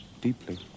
deeply